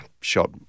shot